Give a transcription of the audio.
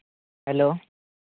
hello